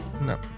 no